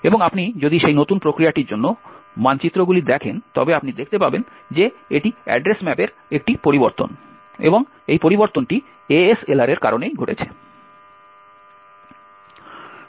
এবং আপনি যদি সেই নতুন প্রক্রিয়াটির জন্য মানচিত্রগুলি দেখেন তবে আপনি দেখতে পাবেন যে এটি অ্যাড্রেস ম্যাপের একটি পরিবর্তন এবং এই পরিবর্তনটি ASLR এর কারণে ঘটছে